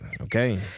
Okay